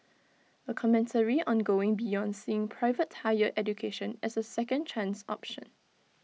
A commentary on going beyond seeing private higher education as A second chance option